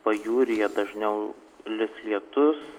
pajūryje dažniau lis lietus